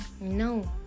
no